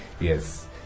Yes